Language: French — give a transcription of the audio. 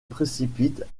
précipitent